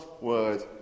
word